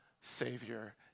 Savior